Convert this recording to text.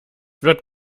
wird